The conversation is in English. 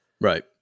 Right